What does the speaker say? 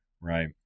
right